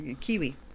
Kiwi